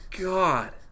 God